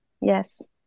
Yes